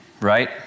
right